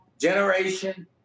generation